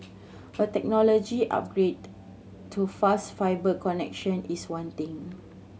a technology upgrade to faster fibre connection is wanting